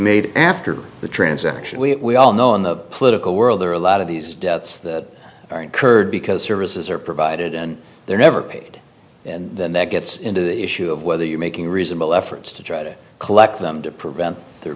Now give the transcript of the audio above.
made after the transaction we all know in the political world there are a lot of these debts that are incurred because services are provided and they're never paid and then that gets into the issue of whether you're making reasonable efforts to try to collect them to prevent the